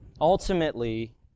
Ultimately